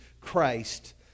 Christ